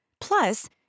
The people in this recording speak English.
Plus